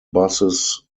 buses